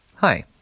Hi